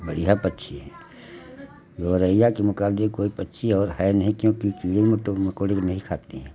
बढ़ियाँ पक्षी है गौरैया के मुकाबले कोई पक्षी और है नहीं क्योंकि कीड़े मटो मकोड़े को नहीं खाती हैं